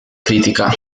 critica